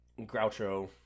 Groucho